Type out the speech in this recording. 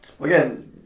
again –